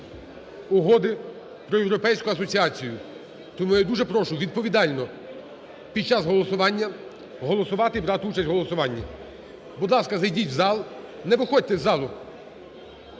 Угоди про європейську асоціацію, тому я дуже прошу відповідально під час голосування голосувати і брати участь в голосуванні. Будь ласка, зайдіть в зал, не виходьте із залу,